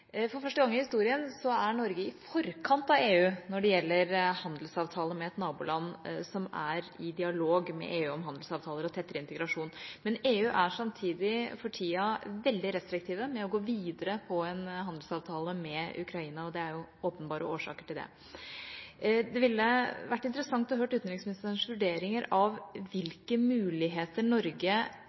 For første gang i historien er Norge i forkant av EU når det gjelder en handelsavtale med et naboland som er i dialog med EU om handelsavtaler og tettere integrasjon. Samtidig er EU for tida veldig restriktive med å gå videre på en handelsavtale med Ukraina, og det er jo åpenbare årsaker til det. Det ville vært interessant å høre utenriksministerens vurderinger av hvilke muligheter Norge